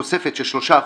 תוספת של 3%,